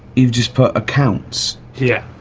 you've just put accounts. yeah.